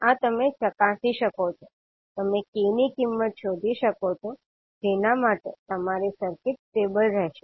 આ તમે ચકાસી શકો છો તમે k ની કિંમત શોધી શકો છો જેના માટે તમારી સર્કિટ સ્ટેબલ રહેશે